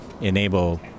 enable